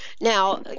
Now